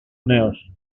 νέος